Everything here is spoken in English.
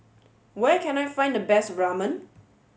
where can I find the best Ramen